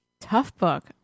Toughbook